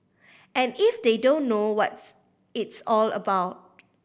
and if they don't know what it's all about